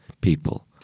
people